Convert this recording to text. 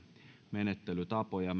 menettelytapoja